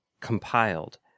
compiled